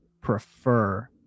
prefer